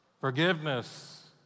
Forgiveness